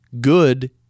good